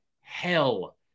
hell